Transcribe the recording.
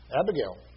Abigail